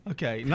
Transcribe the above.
Okay